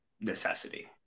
necessity